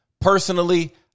Personally